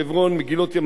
מודיעין-עילית,